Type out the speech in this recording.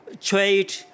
trade